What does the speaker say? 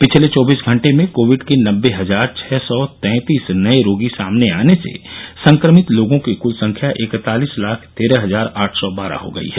पिछले चौबीस घंटे में कोविड के नबे हजार छः सौ तैंतीस नये रोगी सामने आने से संक्रमित लोगों की क्ल संख्या इकतालिस लाख तेरह हजार आठ सौ बारह हो गई है